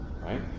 right